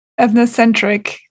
ethnocentric